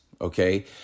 okay